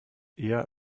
eher